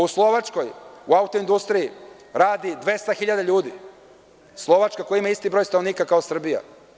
U Slovačkoj, u auto-industriji radi 200 hiljada ljudi, Slovačka koja ima isti broj stanovnika kao Srbija.